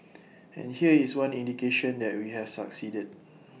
and here is one indication that we have succeeded